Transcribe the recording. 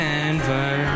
Denver